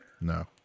No